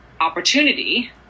opportunity